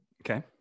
Okay